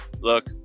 look